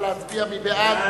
נא להצביע מי בעד,